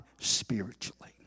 spiritually